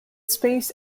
space